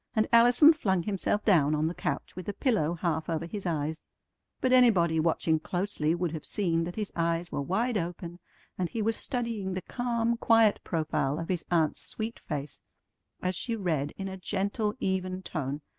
and allison flung himself down on the couch with a pillow half over his eyes but anybody watching closely would have seen that his eyes were wide open and he was studying the calm, quiet profile of his aunt's sweet face as she read in a gentle, even tone,